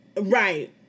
Right